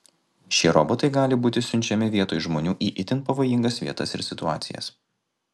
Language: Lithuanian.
šie robotai gali būti siunčiami vietoj žmonių į itin pavojingas vietas ir situacijas